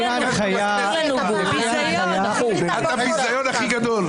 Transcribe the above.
את הביזיון הכי גדול.